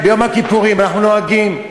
ביום הכיפורים אנחנו נוהגים,